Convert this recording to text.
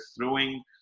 throwing